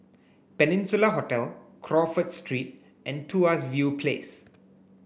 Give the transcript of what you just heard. Peninsula Hotel Crawford Street and Tuas View Place